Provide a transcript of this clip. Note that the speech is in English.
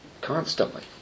Constantly